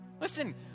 Listen